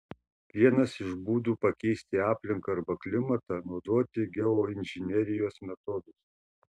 vienas iš būdų pakeisti aplinką arba klimatą naudoti geoinžinerijos metodus